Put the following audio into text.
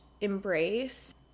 embrace